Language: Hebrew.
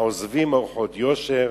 העזבים ארחות ישר